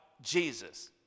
Jesus